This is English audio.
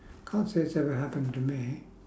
can't say it's ever happened to me